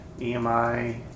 EMI